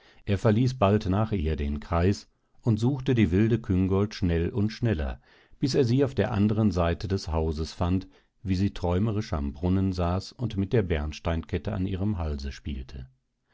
er verließ bald nach ihr den kreis und suchte die wilde küngolt schnell und schneller bis er sie auf der anderen seite des hauses fand wie sie träumerisch am brunnen saß und mit der bernsteinkette an ihrem halse spielte